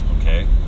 Okay